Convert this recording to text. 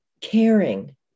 caring